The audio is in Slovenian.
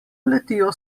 letijo